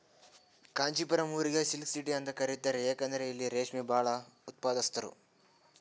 ಕಾಂಚಿಪುರಂ ಊರಿಗ್ silk city ಅಂತ್ ಕರಿತಾರ್ ಯಾಕಂದ್ರ್ ಇಲ್ಲಿ ರೇಶ್ಮಿ ಭಾಳ್ ಉತ್ಪಾದಸ್ತರ್